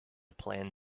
plan